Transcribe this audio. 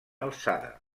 alçada